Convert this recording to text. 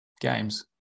games